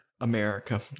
america